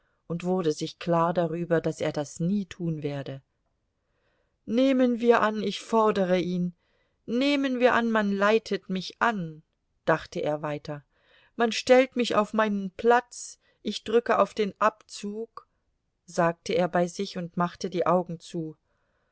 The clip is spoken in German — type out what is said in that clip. und wurde sich klar darüber daß er das nie tun werde nehmen wir an ich fordere ihn nehmen wir an man leitet mich an dachte er weiter man stellt mich auf meinen platz ich drücke auf den abzug sagte er bei sich und machte die augen zu